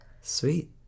Sweet